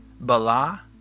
Bala